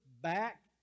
back